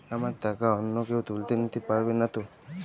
আমার টাকা অন্য কেউ তুলে নিতে পারবে নাতো?